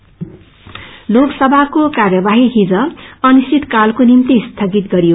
adjournment लोकसभाको कार्यवाही हिज अनिश्चितकालको निम्ति स्थगित गरियो